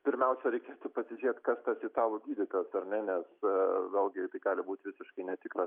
pirmiausia reikėtų pasižiūrėt kas tas italų gydytojas ar ne nes vėl gi tai gali būt visiškai netikras